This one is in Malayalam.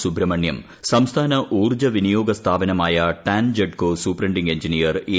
സുബ്രഹ്മണ്യം സംസ്ഥാന ഊർജ്ജ വിനിയോഗ സ്ഥാപനമായ ടാൻജഡ്കോ സൂപ്രണ്ടിങ് എഞ്ചിനീയർ എ